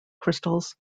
crystals